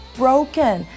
broken